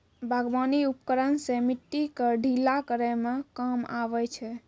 बागबानी उपकरन सें मिट्टी क ढीला करै म काम आबै छै